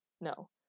No